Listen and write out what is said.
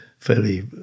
fairly